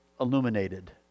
illuminated